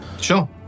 Sure